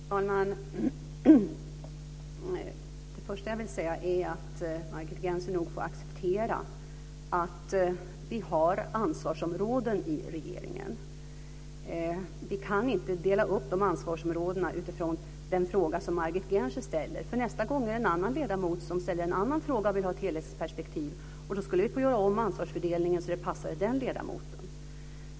Fru talman! Det första jag vill säga är att Margit Gennser nog får acceptera att vi har ansvarsområden i regeringen. Vi kan inte dela upp dessa ansvarsområden utifrån den fråga som Margit Gennser ställer. Nästa gång är det en annan ledamot som ställer en annan fråga och vill ha ett helhetsperspektiv. Då skulle vi få göra om ansvarsfördelningen så att det passade den ledamoten.